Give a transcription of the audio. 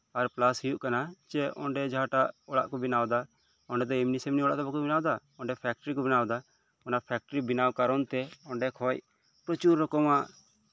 ᱟᱨ plus ᱦᱩᱭᱩᱜ ᱠᱟᱱᱟ ᱡᱮ ᱚᱸᱰᱮ ᱡᱟᱦᱟᱴᱟᱜ ᱚᱲᱟᱜ ᱵᱮᱱᱟᱣᱫᱟ ᱚᱸᱰᱮ ᱮᱢᱱᱤ ᱥᱮᱢᱱᱤ ᱚᱲᱟᱜ ᱫᱚ ᱵᱟᱠᱚ ᱵᱮᱱᱟᱣ ᱫᱟ ᱚᱸᱰᱮ ᱯᱷᱮᱠᱴᱳᱨᱤ ᱠᱚ ᱵᱮᱱᱟᱣᱫᱟ ᱚᱱᱟ ᱯᱷᱮᱠᱴᱳᱨᱤ ᱵᱮᱱᱟᱣ ᱠᱟᱨᱚᱱᱛᱮ ᱚᱸᱰᱮ ᱠᱷᱚᱱ ᱯᱨᱚᱪᱩᱨ ᱨᱚᱠᱚᱢᱟᱜ